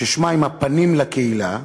ששמה "עם הפנים לקהילה",